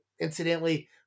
incidentally